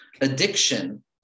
Addiction